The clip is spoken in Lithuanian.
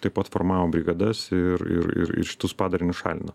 taip pat formavom brigadas ir ir ir šitus padarinius šalino